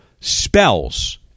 spells